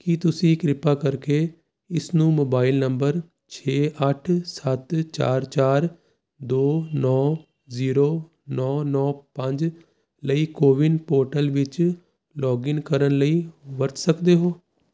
ਕੀ ਤੁਸੀਂ ਕਿਰਪਾ ਕਰਕੇ ਇਸ ਨੂੰ ਮੋਬਾਇਲ ਨੰਬਰ ਛੇ ਅੱਠ ਸੱਤ ਚਾਰ ਚਾਰ ਦੋ ਨੌਂ ਜੀਰੋ ਨੌਂ ਨੌਂ ਪੰਜ ਲਈ ਕੋਵਿਨ ਪੋਰਟਲ ਵਿੱਚ ਲੋਗਿਨ ਕਰਨ ਲਈ ਵਰਤ ਸਕਦੇ ਹੋ